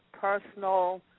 personal